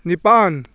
ꯅꯤꯄꯥꯜ